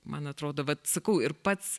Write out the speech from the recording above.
man atrodo vat sakau ir pats